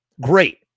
great